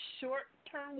short-term